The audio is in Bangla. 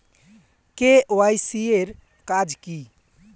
কে.ওয়াই.সি এর কাজ কি?